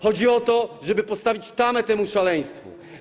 Chodzi o to, żeby postawić tamę temu szaleństwu.